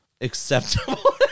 acceptable